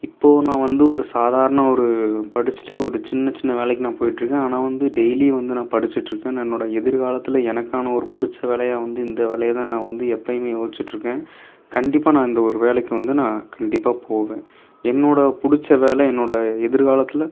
இப்போது நான் வந்து ஒரு சாதாரண ஒரு படிச்சுட்டு ஒரு சின்ன சின்ன வேலைக்கு நான் போயிட்டிருக்கேன் ஆனால் வந்து டெய்லியும் வந்து நான் படிச்சுட்ருக்கேன் நான் என்னோடய எதிர்காலத்தில் எனக்கான ஒரு பிடிச்ச வேலையாக வந்து இந்த வேலையை தான் நான் வந்து எப்போயுமே யோசிட்ருக்கேன் கண்டிப்பாக நான் இந்த ஒரு வேலைக்கு வந்து நான் கண்டிப்பாக போவேன் என்னோடய பிடிச்ச வேலை என்னோடய எதிர் காலத்தில்